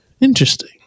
Interesting